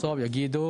בסוף יגידו